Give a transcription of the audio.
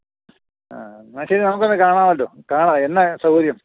ആ എന്നാൽ ശരി നമുക്ക് ഒന്ന് കാണാമല്ലോ കാണാൻ എന്നാ സൗകര്യം